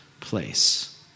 place